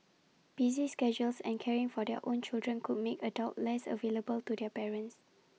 busy schedules and caring for their own children could make adult less available to their parents